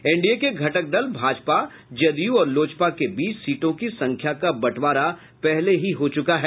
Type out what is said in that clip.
NDA के घटक दल भाजपा जदयू और लोजपा के बीच सीटों की संख्या का बंटवारा पहले ही हो चूका है